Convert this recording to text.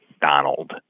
Donald